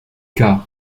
carr